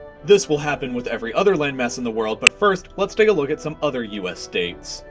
this will happen with every other landmass in the world. but first, let's take a look at some other us states.